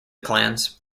clans